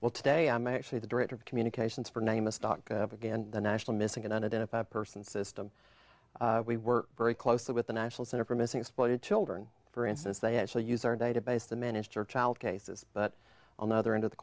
well today i'm actually the director of communications for name a start up again the national missing on it in a person system we were very close with the national center for missing exploited children for instance they actually use our database to minister child cases but on the other end of the